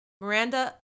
Miranda